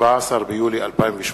142ב לתקנון הכנסת,